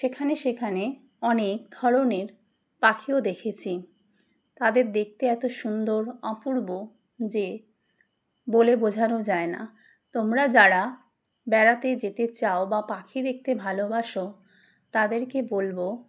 সেখানে সেখানে অনেক ধরনের পাখিও দেখেছি তাদের দেখতে এত সুন্দর অপূর্ব যে বলে বোঝানো যায় না তোমরা যারা বেড়াতে যেতে চাও বা পাখি দেখতে ভালোবাসো তাদেরকে বলবো